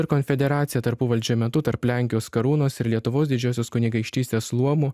ir konfederaciją tarpuvaldžio metu tarp lenkijos karūnos ir lietuvos didžiosios kunigaikštystės luomų